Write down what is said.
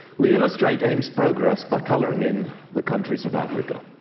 we illustrate aims' progress by coloring in the countries of africa.